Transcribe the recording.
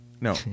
No